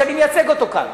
שאני מייצג אותו כאן.